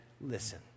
listen